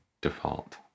default